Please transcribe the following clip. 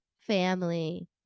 family